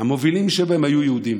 היו יהודים.